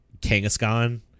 Kangaskhan